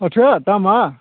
फाथोआ दामा